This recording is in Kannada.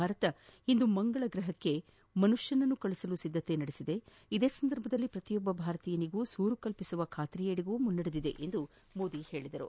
ಭಾರತ ಇಂದು ಮಂಗಳಗ್ರಪಕ್ಕೆ ಮನುಷ್ಟನನ್ನು ಕಳುಹಿಸಲು ಸಿದ್ದತೆ ನಡೆಸಿದೆ ಇದೇ ಸಂದರ್ಭದಲ್ಲಿ ಪ್ರತಿಯೊಬ್ಲ ಭಾರತೀಯನಿಗೂ ಸೂರು ಕಲ್ಪಿಸುವ ಖಾತ್ರಿಯೆಡೆಗೂ ಮುನ್ನಡೆದಿದೆ ಎಂದು ಮೋದಿ ಹೇಳಿದರು